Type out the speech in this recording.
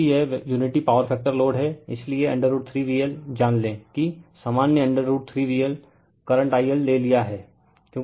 क्योंकि यह unity power factor load है इसलिए √ 3 VL जान लें कि सामान्य √ 3VL करंट I L ले लिया है